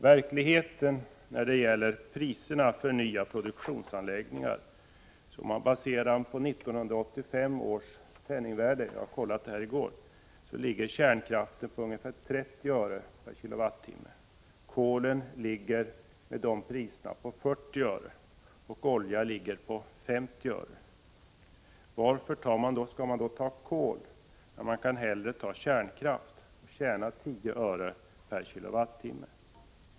Beträffande priserna för nya produktionsanläggningar, baserade på 1985 års penningvärde — jag kollade detta i går — är verkligheten sådan att kärnkraften ligger på ungefär 30 öre per kilowattimme. Kolet ligger på 40 öre och oljan på 50 öre. Varför skall man då välja kol när man i stället kan välja kärnkraft och tjäna 10 öre per kilowattimme?